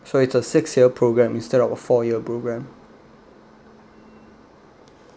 so it's a six year program instead of four year program